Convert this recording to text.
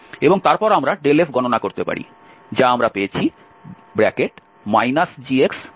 এবং তারপর আমরা f গণনা করতে পারি যা gx gy1